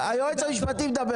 היועץ המשפטי מדבר